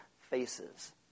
faces